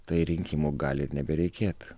tai rinkimų gali ir nebereikėt